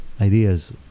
ideas